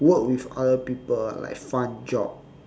work with other people ah like fun job